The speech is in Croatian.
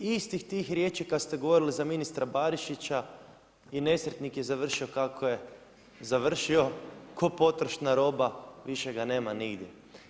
Istih tih riječi kad ste govorili za ministra Barišića i nesretnik je završio kako je završio, k'o potrošna roba više ga nema nigdje.